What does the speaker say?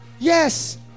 Yes